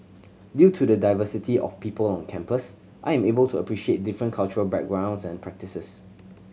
due to the diversity of people on campus I am able to appreciate different cultural backgrounds and practices